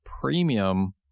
premium